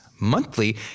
Monthly